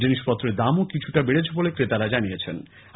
জিনিষপত্রের দাম ও কিছুটা বেড়েছে বলে ক্রেতারা জানিয়েছেন